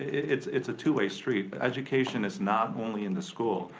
it's it's a two-way street. education is not only in the school.